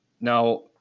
Now